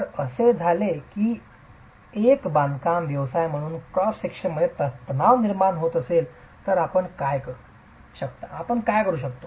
जर असे झाले की एक बांधकाम व्यावसायिक म्हणून क्रॉस विभागात तणाव निर्माण होणार असेल तर आपण काय करू शकता